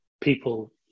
people